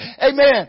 Amen